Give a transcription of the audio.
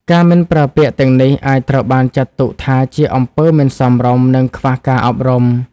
ការមិនប្រើពាក្យទាំងនេះអាចត្រូវបានចាត់ទុកថាជាអំពើមិនសមរម្យ និងខ្វះការអប់រំ។